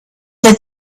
that